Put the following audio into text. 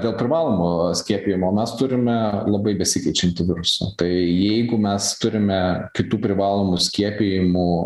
dėl privalomo skiepijimo mes turime labai besikeičiantį virusą tai jeigu mes turime kitų privalomų skiepijimų